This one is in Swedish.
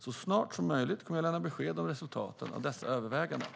Så snart som möjligt kommer jag att lämna besked om resultatet av dessa överväganden.